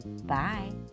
Bye